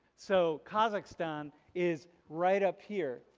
so kazakhstan is right up here.